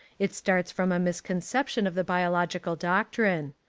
it starts from a misconception of the biological doctrine.